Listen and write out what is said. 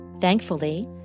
Thankfully